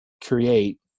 create